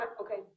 okay